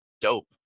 dope